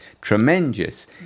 tremendous